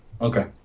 Okay